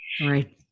Right